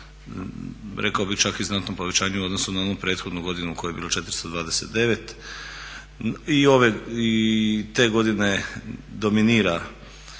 rekao bih čak i znatno povećanje u odnosu na onu prethodnu godinu u kojoj je bilo 429. I te godine dominiraju